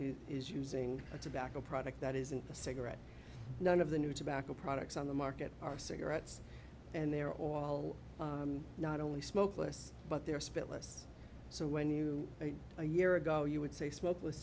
is using a tobacco product that isn't the cigarette none of the new tobacco products on the market are cigarettes and they're all not only smokeless but they're spit less so when you make a year ago you would say smokeless